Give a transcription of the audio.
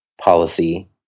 policy